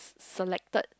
selected